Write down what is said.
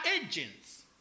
agents